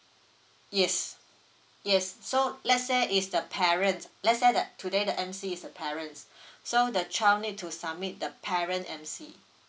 yes yes so let's say is the parents let's say that today the M_C is a parents so the child need to submit the parent M_C